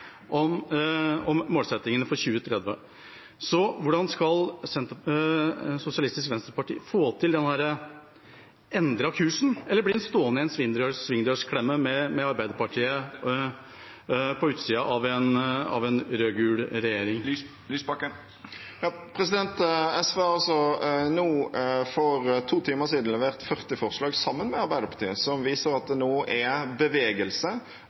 om klimastrategien, stemte Senterpartiet og Kristelig Folkeparti med regjeringspartiene om målsettingene for 2030. Hvordan skal Sosialistisk Venstreparti få til denne endrede kursen? Blir de stående i en svingdørsklemme med Arbeiderpartiet på utsiden av en rød-gul regjering? SV har nå for to timer siden, sammen med Arbeiderpartiet, levert 40 forslag som viser at det nå er bevegelse